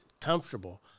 comfortable